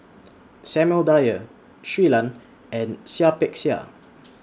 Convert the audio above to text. Samuel Dyer Shui Lan and Seah Peck Seah